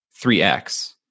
3x